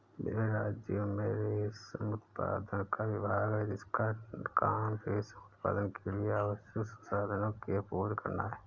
विभिन्न राज्यों में रेशम उत्पादन का विभाग है जिसका काम रेशम उत्पादन के लिए आवश्यक संसाधनों की आपूर्ति करना है